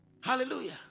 Hallelujah